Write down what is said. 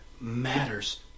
matters